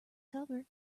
cover